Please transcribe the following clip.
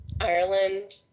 ireland